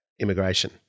immigration